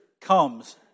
comes